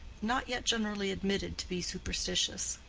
not yet generally admitted to be superstitious.